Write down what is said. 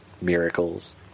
miracles